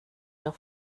jag